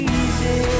easy